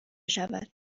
شود